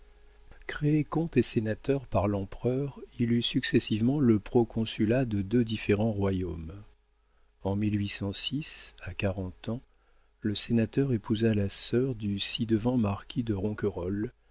comte et sénateur par l'empereur il eut successivement le proconsulat de deux différents royaumes en à quarante ans le sénateur épousa la sœur du ci-devant marquis de